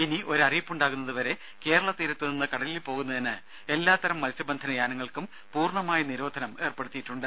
ഇനി ഒരറിയിപ്പ് ഉണ്ടാകുന്നതുവരെ കേരള തീരത്തുനിന്ന് കടലിൽ പോകുന്നതിന് എല്ലാതരം മത്സ്യബന്ധന യാനങ്ങൾക്കും പൂർണമായ നിരോധനം ഏർപ്പെടുത്തിയിട്ടുണ്ട്